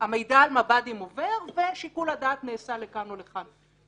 המידע על מב"דים עובר ושיקול הדעת נעשה לכאן או לכאן.